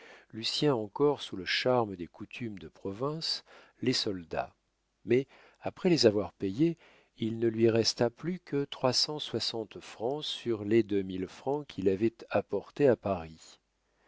congédier lucien encore sous le charme des coutumes de province les solda mais après les avoir payés il ne lui resta plus que trois cent soixante francs sur les deux mille francs qu'il avait apportés à paris